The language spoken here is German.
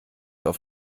auf